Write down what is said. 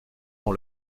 dans